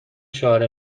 شعار